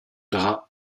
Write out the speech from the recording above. drap